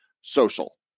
social